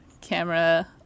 camera